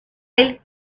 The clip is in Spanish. child